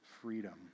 Freedom